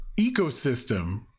ecosystem